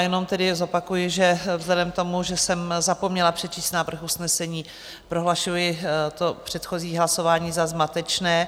Jenom tedy zopakuji, že vzhledem k tomu, že jsem zapomněla přečíst návrh usnesení, prohlašuji předchozí hlasování za zmatečné.